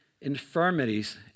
infirmities